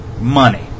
money